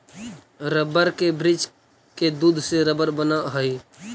rubber के वृक्ष के दूध से रबर बनऽ हई